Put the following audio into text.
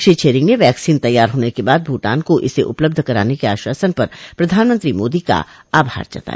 श्री छेरिंग ने वैक्सीन तैयार होने के बाद भूटान को इसे उपलब्ध कराने के आश्वासन पर प्रधानमंत्री मोदी का आभार जताया